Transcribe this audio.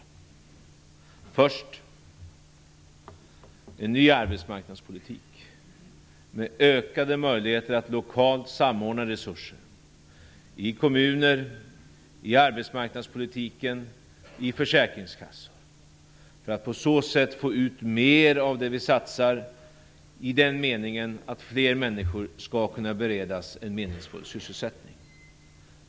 Den första hörnstenen är en ny arbetsmarknadspolitik med ökade möjligheter att lokalt samordna resurser i kommuner, i arbetsmarknadspolitiken och i försäkringskassorna för att på så sätt få ut mer av det vi satsar i den meningen att fler människor skall kunna beredas en meningsfull sysselsättning.